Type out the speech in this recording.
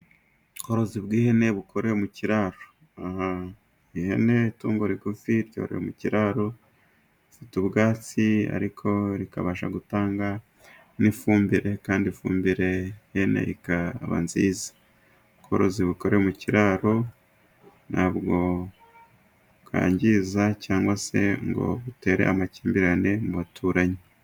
Ubworozi bw’ihene bukorewe mu kiraro. Aha, ihene ni itungo rigufi ryororewe mu kiraro, rifite ubwatsi, ariko rikabasha gutanga n’ifumbire, kandi ifumbire y’ihene ikaba nziza. Ubworozi bukorewe mu kiraro ntabwo bwangiza cyangwa se ngo butere amakimbirane mu baturanyi.